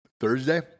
Thursday